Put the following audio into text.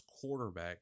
quarterback